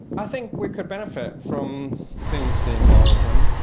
i think we could benefit from things being more open.